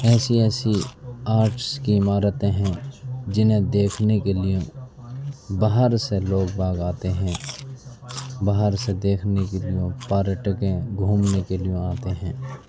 ایسی ایسی آرٹس کی عمارتیں ہیں جنہیں دیکھنے کے لیے باہر سے لوگ آتے ہیں باہر سے دیکھنے کے لیے لوگ پارٹکیں گھومنے کے لیے آتے ہیں